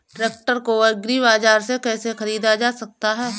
Tractor को agri बाजार से कैसे ख़रीदा जा सकता हैं?